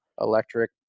electric